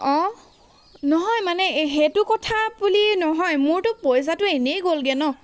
অঁ নহয় মানে সেইটো কথা বুলি নহয় মোৰতো পইচাটো এনেই গ'লগৈ ন